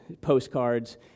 postcards